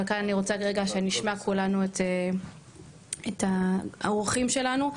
אבל כאן אני רוצה שנשמע כולנו את האורחים שלנו.